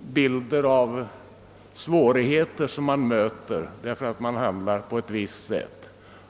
bilden av svårigheter som möter därför att man handlar på ett visst sätt.